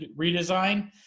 redesign